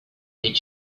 did